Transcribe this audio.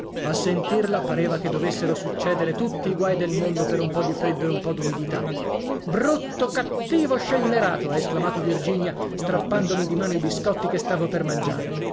a sentirla pareva che dovessero succedere tutti i guai del mondo per un po di freddo e un po d'umidità brutto cattivo scellerato ha esclamato virginia strappandomi di mano i biscotti che stavo per mangiare